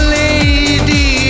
lady